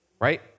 right